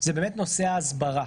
זה באמת נושא ההסברה.